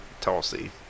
Tulsi